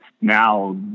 now